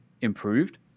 improved